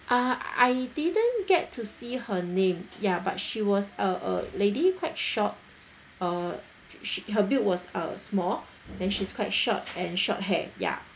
uh I didn't get to see her name ya but she was a a lady quite short uh she her build was uh small then she's quite short and short hair ya